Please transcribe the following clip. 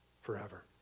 forever